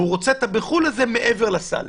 והוא רוצה את הבחו"ל הזה מעבר לסל.